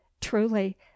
truly